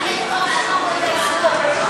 נא לשבת.